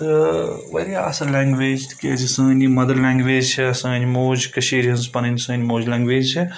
تہٕ واریاہ اَصٕل لینٛگویج تِکیٛازِ سٲنۍ یہِ مَدَر لینٛگویج چھےٚ سٲنۍ موج کٔشیٖرِ ہِنٛز پَنٕنۍ سٲنۍ موج لینٛگویج چھِ